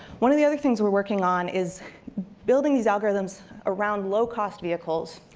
one of the other things we're working on is building these algorithms around low-cost vehicles,